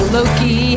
Loki